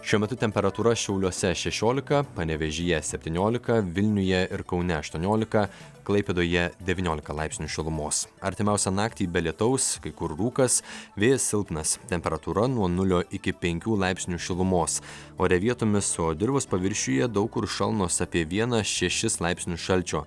šiuo metu temperatūra šiauliuose šešiolika panevėžyje septyniolika vilniuje ir kaune aštuoniolika klaipėdoje devyniolika laipsnių šilumos artimiausią naktį be lietaus kai kur rūkas vėjas silpnas temperatūra nuo nulio iki penkių laipsnių šilumos ore vietomis o dirvos paviršiuje daug kur šalnos apie vieną šešis laipsnius šalčio